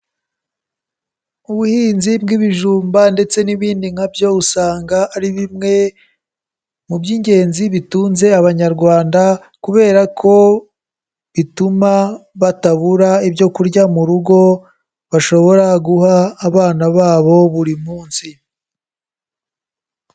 Ubuhinzi bw'ibijumba ndetse n'ibindi nka byo, usanga ari bimwe mu by'ingenzi bitunze Abanyarwanda kubera ko bituma batabura ibyo kurya mu rugo, bashobora guha abana babo buri munsi.